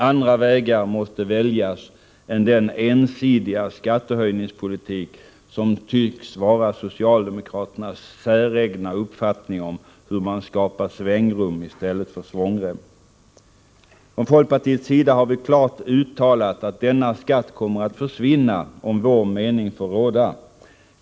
Andra vägar måste väljas än den ensidiga skattehöjningspolitik som tycks vara socialdemokraternas säregna uppfattning om hur man skapar svängrum i stället för svångrem. Från folkpartiets sida har vi klart uttalat att denna skatt kommer att försvinna om vår mening får råda.